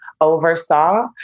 oversaw